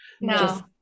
No